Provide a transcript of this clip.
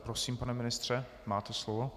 Prosím, pane ministře, máte slovo.